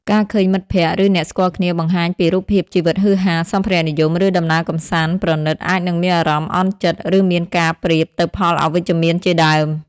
ការឃើញមិត្តភក្តិ ឬអ្នកស្គាល់គ្នាបង្ហាញពីរូបភាពជីវិតហ៊ឺហា សម្ភារៈនិយម ឬដំណើរកម្សាន្តប្រណីតអាចនិងមានអារម្មណ៍អន់ចិត្តឬមានការប្រៀបទៅផលអវីជ្ជមានជាដើម។